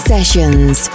Sessions